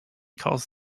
calls